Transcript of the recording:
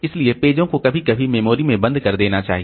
इसलिए पेजों को कभी कभी मेमोरी में बंद कर देना चाहिए